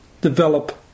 Develop